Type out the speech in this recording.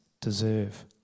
deserve